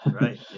right